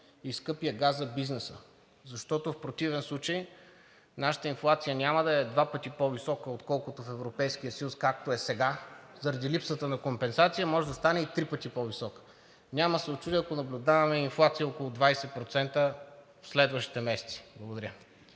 и скъпия газ за бизнеса, защото в противен случай нашата инфлация няма да е два пъти по-висока, отколкото в Европейския съюз, както е сега. Заради липсата на компенсация може да стане и три пъти по-висока. Няма да се учудя, ако наблюдаваме и инфлация около 20% в следващите месеци. Благодаря.